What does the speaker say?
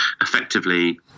effectively